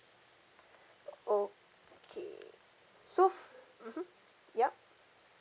okay so mmhmm yup